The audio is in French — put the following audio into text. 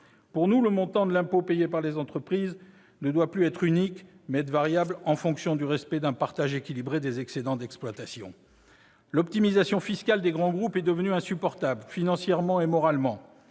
Pour nous, le montant de l'impôt payé par les entreprises ne doit plus être unique. Il doit être variable en fonction du respect d'un partage équilibré des excédents d'exploitation. L'optimisation fiscale des grands groupes est devenue insupportable, financièrement et moralement.